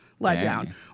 letdown